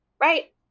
Right